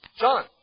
John